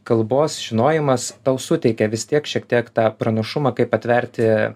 kalbos žinojimas tau suteikia vis tiek šiek tiek tą pranašumą kaip atverti